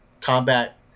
combat